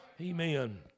Amen